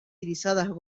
irisadas